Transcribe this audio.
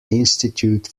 institute